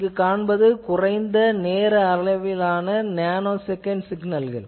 இங்கு நாம் காண்பது குறைந்த நேர அளவிலான நேனோசெகன்ட் சிக்னல்கள்